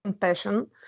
passion